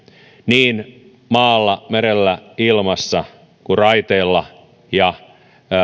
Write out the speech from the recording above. niin maalla merellä ilmassa kuin raiteilla